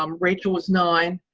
um rachel was nine.